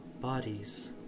bodies